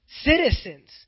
Citizens